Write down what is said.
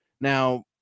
Now